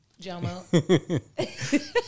Jomo